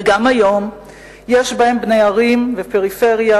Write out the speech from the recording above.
וגם היום יש בהם בני ערים ופריפריה,